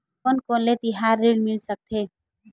कोन कोन ले तिहार ऋण मिल सकथे?